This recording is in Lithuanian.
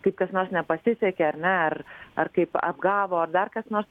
kaip kas nors nepasisekė ar ne ar ar kaip apgavo ar dar kas nors